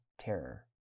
terror